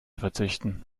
verzichten